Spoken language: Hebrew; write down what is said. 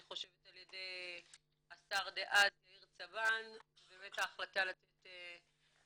אני חושבת על ידי השר דאז יאיר צבן זו באמת ההחלטה לתת מענקים,